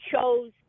chose